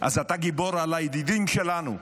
אז אתה גיבור על הידידים שלנו.